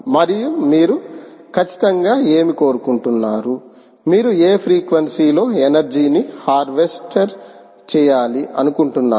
మరియు మీరు ఖచ్చితంగా ఏమి కోరుకుంటున్నారు మీరు ఏ ఫ్రీక్వెన్సీ లో ఎనర్జీ ని హార్వెస్టర్ చేయాలి అనుకుంటున్నారు